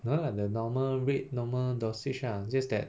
no lah the normal rate normal dosage lah just that